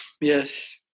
Yes